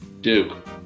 Duke